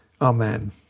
Amen